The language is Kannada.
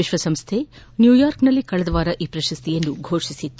ವಿಶ್ವಸಂಸ್ಟೆ ನ್ಯೂಯಾರ್ಕ್ನಲ್ಲಿ ಕಳೆದ ವಾರ ಈ ಪ್ರಶಸ್ತಿಯನ್ನು ಘೋಷಿಸಿತ್ತು